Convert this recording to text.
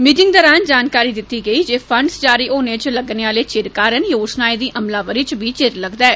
meeting दौरान जानकारी दिती गेई ऐ जे फण्ड जारी होने च लगने आले चिर करी योजनाएं दी अमलावरी च बी चिर लग्गारदा ऐ